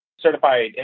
certified